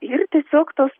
ir tiesiog tos